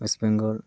west Bengal